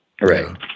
Right